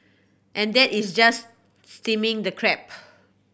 and that is just steaming the crab